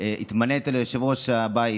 התמנית ליושב-ראש הבית,